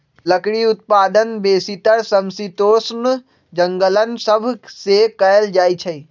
लकड़ी उत्पादन बेसीतर समशीतोष्ण जङगल सभ से कएल जाइ छइ